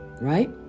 right